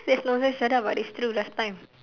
that's nonsense shut up lah it's true last time